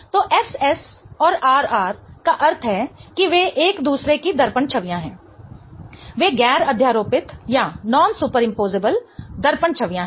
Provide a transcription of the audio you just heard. तो SS और RR का अर्थ है कि वे एक दूसरे की दर्पण छवियां हैं वे गैर अध्यारोपित दर्पण छवियां हैं